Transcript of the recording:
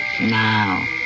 Now